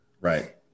Right